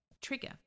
trigger